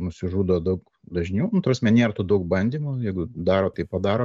nusižudo daug dažniau nu ta prasme nėra tų daug bandymų jeigu daro tai padaro